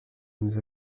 nous